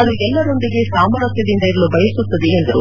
ಅದು ಎಲ್ಲರೊಂದಿಗೆ ಸಾಮರಸ್ನದಿಂದ ಇರಲು ಬಯಸುತ್ತದೆ ಎಂದರು